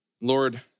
Lord